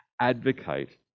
advocate